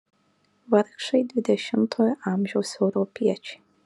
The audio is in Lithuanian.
vargšai dvidešimtojo amžiaus europiečiai